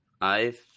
I've-